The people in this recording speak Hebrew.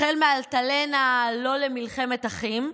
החל מאלטלנה, לא למלחמת אחים,